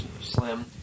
slim